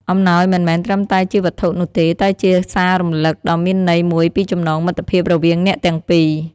អំណោយមិនមែនត្រឹមតែជាវត្ថុនោះទេ តែជាសាររំលឹកដ៏មានន័យមួយពីចំណងមិត្តភាពរវាងអ្នកទាំងពីរ។